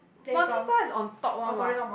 Monkey Bar is on top [one] what